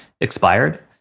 expired